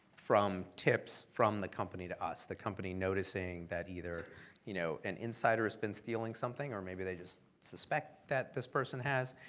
from tips from the company to us. the company noticing that either you know an insider has been stealing something, or maybe they just suspect that this person has,